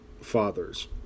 fathers